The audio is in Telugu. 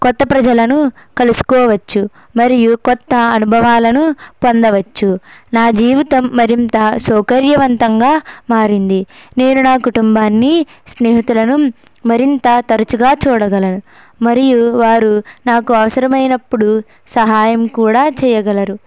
కొత్త ప్రజలను కలుసుకోవచ్చు మరియు కొత్త అనుభవాలను పొందవచ్చు నా జీవితం మరింత సౌకర్యవంతంగా మారింది నేను నా కుటుంబాన్ని స్నేహితులను మరింత తరచుగా చూడగలను మరియు వారు నాకు అవసరమైనప్పుడు సహాయం కూడా చేయగలరు